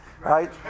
right